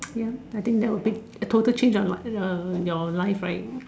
ya I think that would be a total change of uh your life right